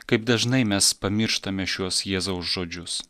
kaip dažnai mes pamirštame šiuos jėzaus žodžius